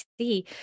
see